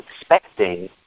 expecting